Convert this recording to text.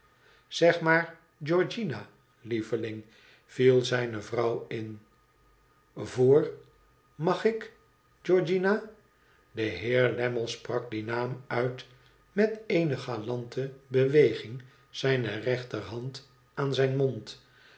zeg maar georgiana lieveling viel zijne vrouw in voor mag ik georgiana de heer lammie sprak dien naam uit met eene galante beweging zijner rechterhand aan zijn mond